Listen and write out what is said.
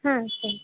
ಹಾಂ ಸರಿ